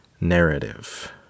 narrative